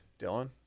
Dylan